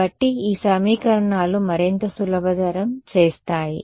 కాబట్టి ఈ సమీకరణాలు మరింత సులభతరం చేస్తాయి